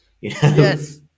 Yes